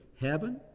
heaven